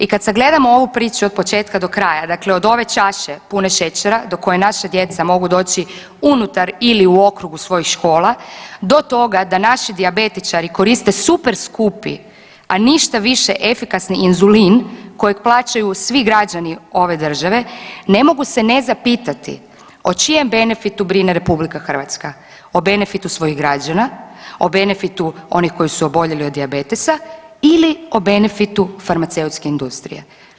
I kad sagledamo ovu priču od početka do kraja, dakle od ove čaše pune šećera do koje naša djeca mogu doći unutar ili u okrugu svojih škola, do toga da naši dijabetičari koriste super skupi, a ništa više efikasni inzulin kojeg plaćaju svi građani ove države, ne mogu se ne zapitati o čijem benefitu brine RH, o benefitu svojih građana, o benefitu onih koji su oboljeli od dijabetesa ili o benefitu farmaceutske industrije?